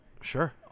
Sure